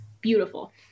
beautiful